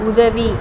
உதவி